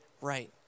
right